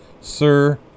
Sir